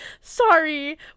sorry